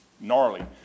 gnarly